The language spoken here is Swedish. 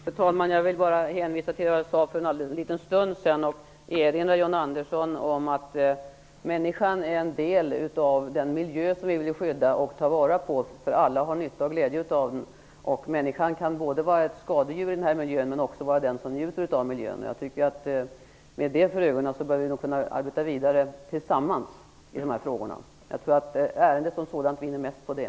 Fru talman! Jag vill bara hänvisa till vad jag sade för en liten stund sedan och erinra John Andersson om att människan är en del av den miljö som vi vill skydda och ta vara på. Alla har nytta och glädje av den. Människan kan vara ett skadedjur i miljön men också den som njuter av den. Med detta för ögonen borde vi kunna arbeta vidare tillsammans i dessa frågor. Jag tror att ärendet som sådant vinner mest på det.